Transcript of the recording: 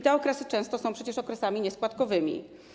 Te okresy często są przecież okresami nieskładkowymi.